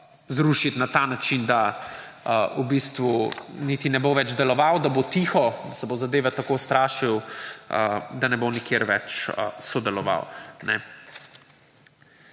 na ta način, da v bistvu niti ne bo več deloval, da bo tiho, se bo zadeve tako ustrašil, da ne bo nikjer več sodeloval.